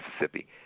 Mississippi